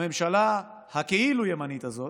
הממשלה הכאילו-ימנית הזאת,